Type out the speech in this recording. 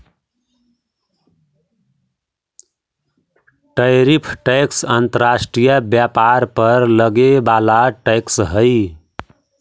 tariff tax अंतर्राष्ट्रीय व्यापार पर लगे वाला टैक्स हई